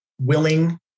willing